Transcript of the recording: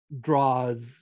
Draws